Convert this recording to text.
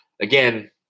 Again